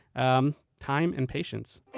um time and patience